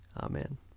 Amen